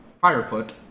Firefoot